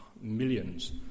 millions